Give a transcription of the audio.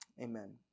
amen